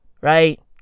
Right